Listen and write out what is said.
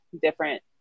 different